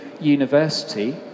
university